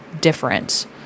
different